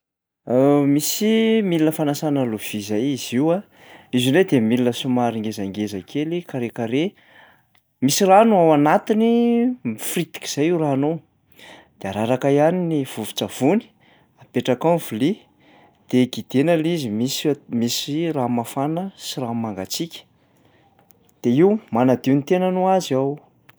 Misy milina fanasana lovia zay izy io a, izy io indray de milina somary ngezangeza kely carré carré, misy rano ao anatiny, mifiritika izay io rano io. De araraka ihany ny vovovn-tsavony, apetraka ao ny vilia de guidena lay izy, misy o- misy rano mafana sy rano mangatsiaka, de io manadio ny tenany ho azy ao.